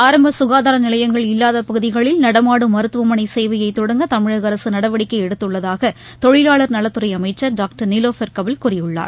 ஆரம்ப சுகாதார நிலையங்கள் இல்லாத பகுதிகளில் நடமாடும் மருத்துவமனை சேவையை தொடங்க தமிழக அரசு நடவடிக்கை எடுத்துள்ளதாக தொழிலாளர் நலத் துறை அமைச்சர் டாக்டர் நிலோபர் கபில் கூறியுள்ளார்